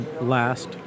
last